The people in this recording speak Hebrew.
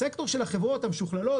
הסקטור של החברות המשוכללות,